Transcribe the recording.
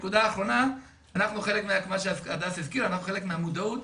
כמו שהדס הזכירה, אנחנו חלק מהמודעות.